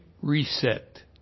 reset